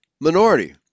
minority